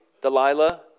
Delilah